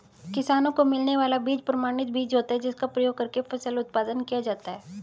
किसानों को मिलने वाला बीज प्रमाणित बीज होता है जिसका प्रयोग करके फसल उत्पादन किया जाता है